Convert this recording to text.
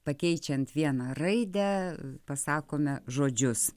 pakeičiant vieną raidę pasakome žodžius